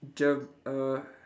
germ~ err